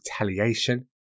retaliation